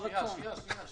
לא אדבר על האירוע הנקודתי.